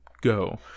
go